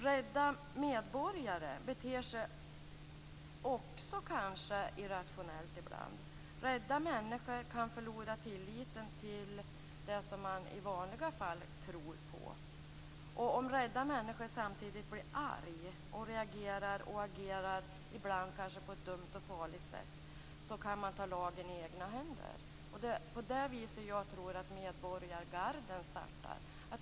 Rädda medborgare beter sig också irrationellt ibland. Rädda människor kan förlora tilliten till det som de i vanliga fall tror på. Om rädda människor samtidigt blir arga reagerar och agerar de kanske ibland på ett dumt och farligt sätt. De kan ta lagen i egna händer. Det är på det viset jag tror att medborgargarden startar.